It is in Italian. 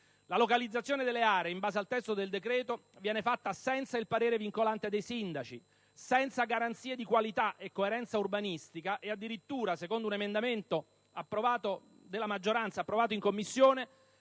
La localizzazione delle aree, in base al testo del decreto-legge, viene fatta senza il parere vincolante dei sindaci, senza garanzie di qualità e coerenza urbanistica e addirittura, secondo un emendamento della maggioranza approvato in Commissione,